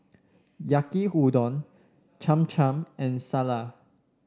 Yaki Udon Cham Cham and